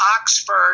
oxford